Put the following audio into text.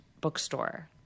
bookstore